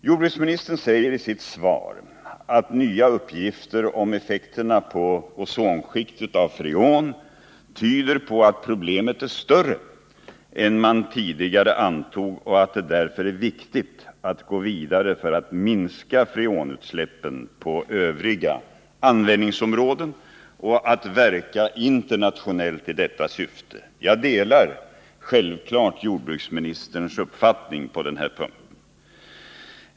Jordbruksministern säger i sitt svar att nya uppgifter om effekterna på ozonskiktet av freon tyder på att problemet är större än man tidigare antog och att det därför är viktigt att gå vidare för att minska freonutsläppen på övriga användningsområden och att verka internationellt i detta syfte. Jag delar självfallet jordbruksministerns uppfattning på den punkten.